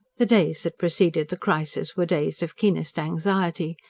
the days that preceded the crisis were days of keenest anxiety.